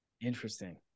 Interesting